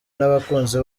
n’abakunzi